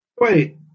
Wait